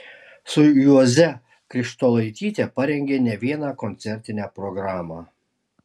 su juoze krištolaityte parengė ne vieną koncertinę programą